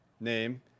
name